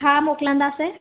हा मोकिलींदासे